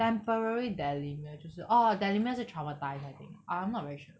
temporary dilemma 就是 orh dilemma 是 traumatise I think uh I'm not very sure